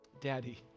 Daddy